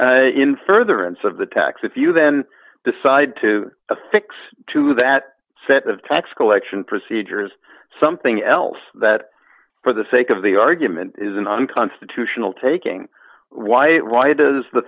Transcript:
in further and so of the tax if you then decide to affix to that set of tax collection procedures something else that for the sake of the argument isn't unconstitutional taking why it why does the